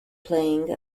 playing